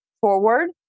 forward